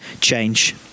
change